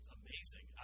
amazing